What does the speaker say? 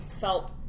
felt